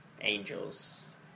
Angels